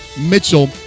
Mitchell